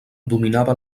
dominava